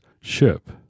ship